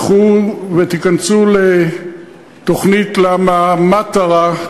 לכו ותיכנסו ל"למה מטרה?",